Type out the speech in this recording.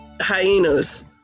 hyenas